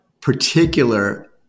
particular